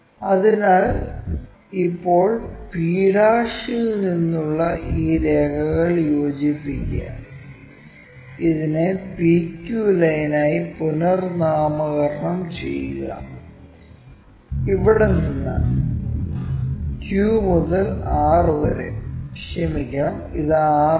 അതിനാൽ ഇപ്പോൾ p ൽ നിന്നുള്ള ഈ രേഖകളിൽ യോജിപ്പിക്കുക ഇതിനെ PQ ലൈനായി പുനർനാമകരണം ചെയ്യുക ഇവിടെ നിന്ന് Q മുതൽ R വരെ ക്ഷമിക്കണം ഇത് R അല്ല